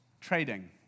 trading